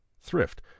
Thrift